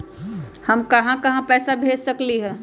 हम कहां कहां पैसा भेज सकली ह?